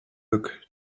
book